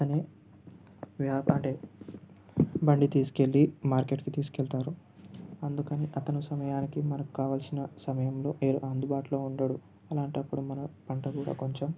అతని అంటే బండి తీసుకెళ్ళి మార్కెట్కి తీసుకెళతారు అందుకని అతను సమయానికి మనకు కావాల్సిన సమయంలో ఏ అందుబాటులో ఉండడు అలాంటప్పుడు మనం పంట కూడా కొంచం